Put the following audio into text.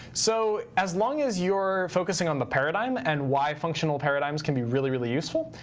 so as long as you're focusing on the paradigm and why functional paradigms can be really, really useful,